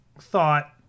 thought